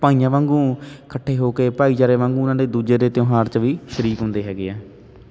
ਭਾਈਆਂ ਵਾਂਗੂੰ ਇਕੱਠੇ ਹੋ ਕੇ ਭਾਈਚਾਰੇ ਵਾਂਗੂੰ ਉਹਨਾਂ ਦੇ ਦੂਜੇ ਦੇ ਤਿਉਹਾਰ 'ਚ ਵੀ ਸ਼ਰੀਕ ਹੁੰਦੇ ਹੈਗੇ ਹੈ